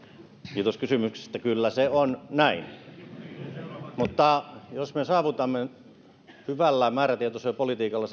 kiitos kysymyksestä kyllä se on näin mutta jos me saavutamme hyvällä määrätietoisella politiikalla